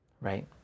Right